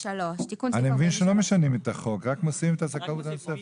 אני מבין שלא משנים את החוק; רק מסירים את הזכאות הנוספת.